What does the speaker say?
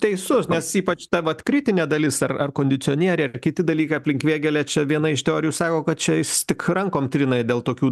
teisus nes ypač ta vat kritinė dalis ar ar kondicionieriai ar kiti dalykai aplink vėgėlę čia viena iš teorijų sako kad čia jis tik rankom trina dėl tokių